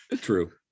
true